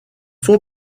font